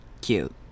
Cute